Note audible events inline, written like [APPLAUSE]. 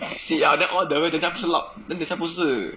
[NOISE] ah then all the way 等下不是 [NOISE] then 等下不是